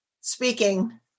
Speaking